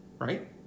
Right